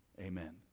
amen